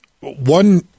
one